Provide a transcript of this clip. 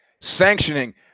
Sanctioning